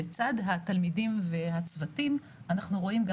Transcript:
לצד התלמידים והצוותים אנחנו רואים גם